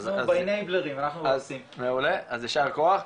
אז יישר כוח.